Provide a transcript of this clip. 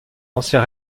ancien